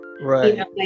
right